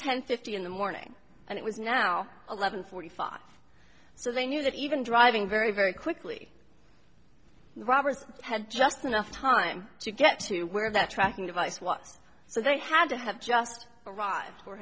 ten fifty in the morning and it was now eleven forty five so they knew that even driving very very quickly the robbers had just enough time to get to where the tracking device was so they had to have just arrived or